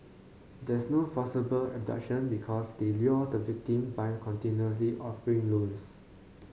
there's no forcible abduction because they lure the victim by continuously offering loans